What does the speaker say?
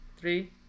three